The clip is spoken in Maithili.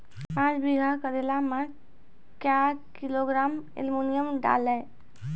पाँच बीघा करेला मे क्या किलोग्राम एलमुनियम डालें?